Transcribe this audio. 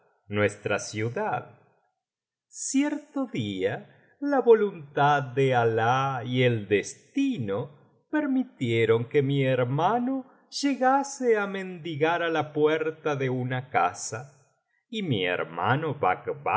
nuestra ciudad cierto día la voluntad de alan y el destino permitieron que mi hermano llegase á mendigar á la puerta de una casa y mi hermano